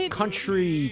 country